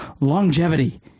longevity